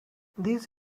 these